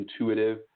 intuitive